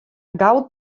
gau